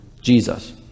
Jesus